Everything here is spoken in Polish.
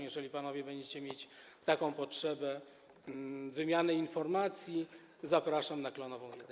Jeżeli panowie będziecie mieć taką potrzebę wymiany informacji, zapraszam na Klonową 1.